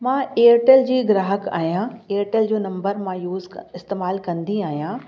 मां एयरटेल जी ग्राहक आहियां एयरटेल जो नम्बर मां यूस क इस्तेमालु कंदी आहियां